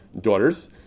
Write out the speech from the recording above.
daughters